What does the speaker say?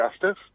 justice